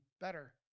better